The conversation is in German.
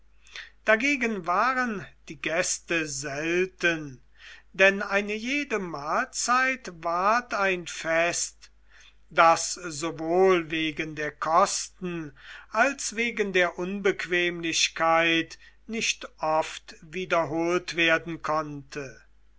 dagegen waren die gäste selten denn eine jede mahlzeit ward ein fest das sowohl wegen der kosten als wegen der unbequemlichkeit nicht oft wiederholt werden konnte